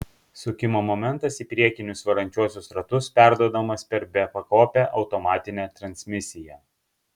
sukimo momentas į priekinius varančiuosius ratus perduodamas per bepakopę automatinę transmisiją